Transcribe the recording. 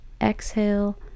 Exhale